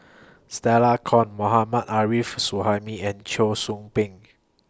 Stella Kon Mohammad Arif Suhaimi and Cheong Soo Pieng